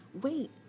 wait